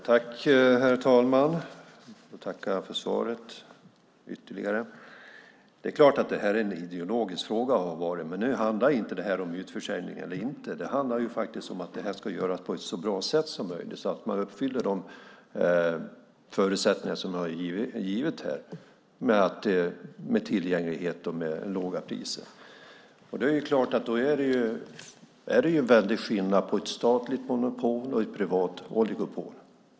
Herr talman! Jag tackar ytterligare för svaret. Det är klart att detta är och har varit en ideologisk fråga. Men nu handlar inte detta om utförsäljning eller inte. Det handlar om att det ska göras på ett så bra sätt som möjligt så att man uppfyller de förutsättningar som är givet här med tillgänglighet och låga priser. Det är en väldig skillnad på ett statligt monopol och ett privat oligopol.